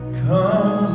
come